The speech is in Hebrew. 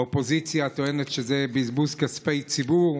האופוזיציה טוענת שזה בזבוז כספי ציבור,